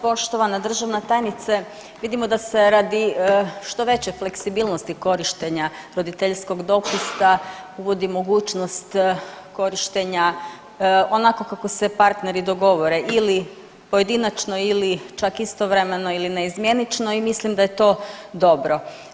Poštovana državna tajnice, vidimo da se radi što veće fleksibilnosti korištenja roditeljskog dopusta uvodi mogućnost korištenja onako kako se partneri dogovore, ili pojedinačno ili čak istovremeno ili naizmjenično i mislim da je to dobro.